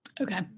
Okay